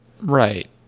Right